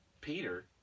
Peter